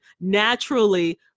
naturally